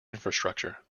infrastructure